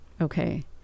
Okay